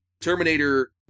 Terminator